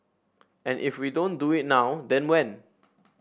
and if we don't do it now then when